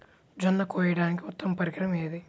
జొన్న కోయడానికి ఉత్తమ పరికరం ఏది?